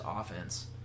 offense